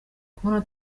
kubona